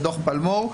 בדוח פלמור,